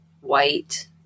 white